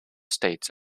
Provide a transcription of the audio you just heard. states